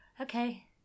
Okay